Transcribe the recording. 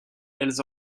elles